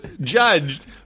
judged